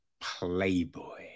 Playboy